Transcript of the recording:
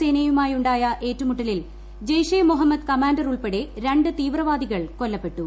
സേനയുമായുണ്ടായ ഏറ്റുമുട്ടലിൽ ജെയ് ഷെ മുഹമ്മദ് കമാണ്ടർ ഉൾപ്പെടെ രൃണ്ട് തീവ്രവാദികൾ കൊല്ലപ്പെട്ടു